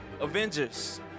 Avengers